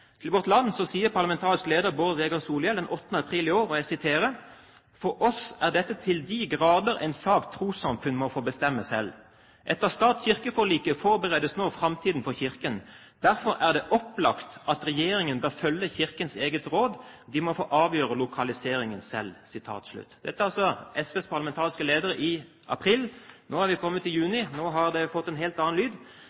Til Vårt land sier parlamentarisk leder Bård Vegar Solhjell den 8. april i år: «For oss er dette til de grader en sak et trossamfunn må få bestemme selv. Etter stat/kirkeforliket forberedes nå framtiden for kirken. Derfor er det opplagt at regjeringen bør følge kirkens eget råd, de må få avgjøre lokaliseringen selv.» Dette sa altså SVs parlamentariske leder i april. Nå har vi kommet